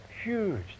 huge